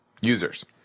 users